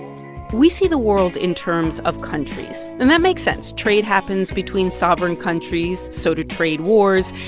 we see the world in terms of countries. and that makes sense. trade happens between sovereign countries so do trade wars.